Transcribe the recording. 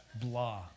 Blah